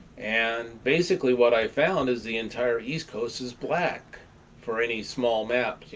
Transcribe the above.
and, basically, what i found is the entire east coast is black for any small map.